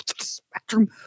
spectrum